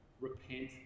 Repent